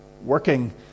working